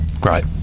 great